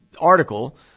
article